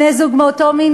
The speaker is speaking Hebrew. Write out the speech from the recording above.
בני-זוג מאותו המין,